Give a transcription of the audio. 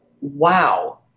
wow